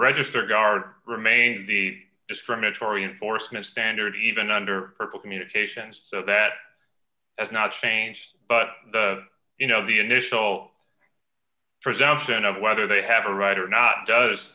register guard remains the discriminatory enforcement standard even under purple communications so that has not changed but the you know the initial for exemption of whether they have a right or not does